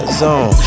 zone